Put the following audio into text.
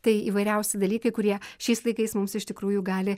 tai įvairiausi dalykai kurie šiais laikais mums iš tikrųjų gali